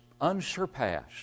unsurpassed